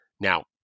Now